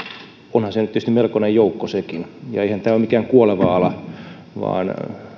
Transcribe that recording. onhan se nyt tietysti melkoinen joukko sekin ja eihän tämä ole mikään kuoleva ala vaan